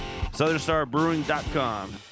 SouthernStarBrewing.com